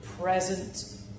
Present